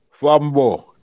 Flambo